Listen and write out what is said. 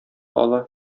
ала